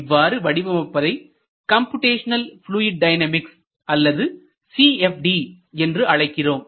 இவ்வாறு வடிவமைப்பதை computational fluid dynamics அல்லது CFD என்று அழைக்கிறோம்